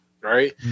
right